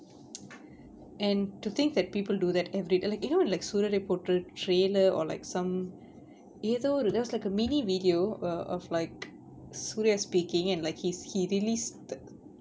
and to think that people do that every~ like you know like suria reported trailer or like some either there was like a mini video err of like suria speaking and like he's he listed